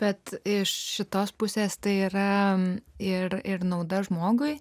bet iš šitos pusės tai yra ir ir nauda žmogui